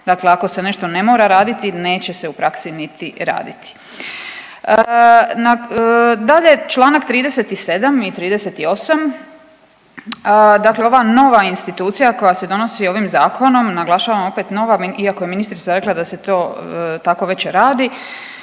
Dakle, ako se nešto ne mora raditi neće se u praksi niti raditi. Dalje, Članak 37. i 38. dakle ova nova institucija koja se donosi ovim zakonom, naglašavam opet nova iako je ministrica rekla da se to tako već radi,